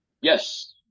Yes